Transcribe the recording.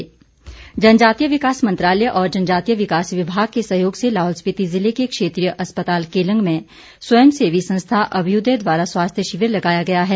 स्वास्थ्य शिविर जनजातीय विकास मंत्रालय और जनजातीय विकास विभाग के सहयोग से लाहौल स्पिति ज़िले के क्षेत्रीय अस्पताल केलंग में स्वयंसेवी संस्था अभयुदय द्वारा स्वास्थ्य शिविर लगाया गया है